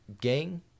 gang